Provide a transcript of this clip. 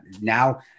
now